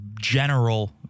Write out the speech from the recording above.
general